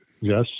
yes